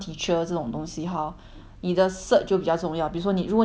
你的 cert 就比较重要比如说你如果你一个是 part time cert 有一个是 full time cert